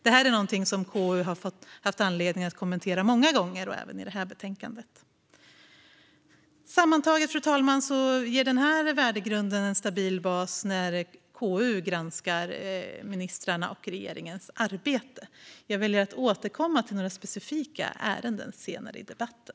Detta är något som KU har haft anledning att kommentera många gånger, även i detta betänkande. Sammantaget, fru talman, ger denna värdegrund en stabil bas när KU granskar ministrarnas och regeringens arbete. Jag väljer att återkomma till några specifika ärenden senare i debatten.